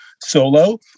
solo